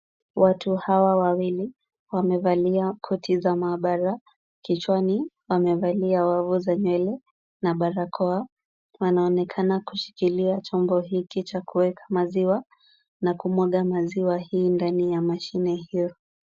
Watu hawa wawili wamevalia koti za maabara, kichwani wamevalia wavu za nywele na barakoa. Wanaonekana kushikilia chombo hiki cha kuweka maziwa na kumwaga maziwa hii ndani ya mashine hiyo.